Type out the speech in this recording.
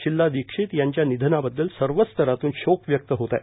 शिला दीक्षित यांच्या निषनाबद्दल सर्वच स्तरातून रीक व्यक्त होत आहे